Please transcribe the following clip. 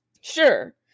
sure